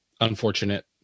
Unfortunate